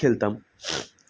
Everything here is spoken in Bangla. খেলতাম